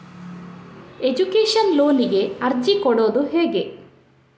Education ಲೋನಿಗೆ ಅರ್ಜಿ ಕೊಡೂದು ಹೇಗೆ?